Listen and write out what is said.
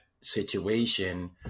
situation